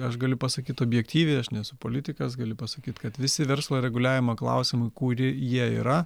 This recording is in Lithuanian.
aš galiu pasakyt objektyviai aš nesu politikas galiu pasakyt kad visi verslo reguliavimo klausimu kuri jie yra